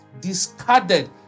discarded